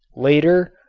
later,